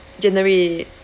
january